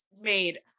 made